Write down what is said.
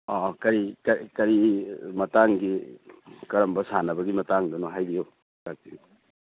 ꯑꯥ ꯑꯥ ꯀꯔꯤ ꯀꯔꯤ ꯃꯇꯥꯡꯒꯤ ꯀꯔꯝꯕ ꯁꯥꯟꯅꯕꯒꯤ ꯃꯇꯥꯡꯗꯅꯣ ꯍꯥꯏꯕꯤꯌꯨ ꯇꯥꯛꯄꯤꯌꯨ